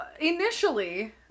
initially